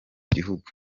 gihugu